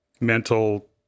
mental